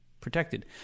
protected